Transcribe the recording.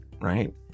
right